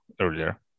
earlier